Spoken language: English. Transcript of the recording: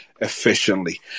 efficiently